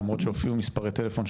למרות שהופיעו מספרי טלפון,